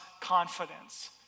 confidence